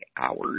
hours